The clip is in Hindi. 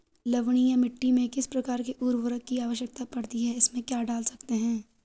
लवणीय मिट्टी में किस प्रकार के उर्वरक की आवश्यकता पड़ती है इसमें क्या डाल सकते हैं?